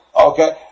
Okay